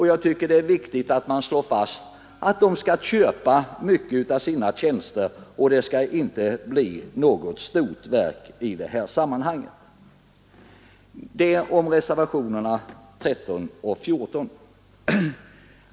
Jag tycker det är viktigt att man slår fast att många tjänster skall köpas, och att det inte skall bli fråga om något stort verk. Detta om reservationerna 13 och 14.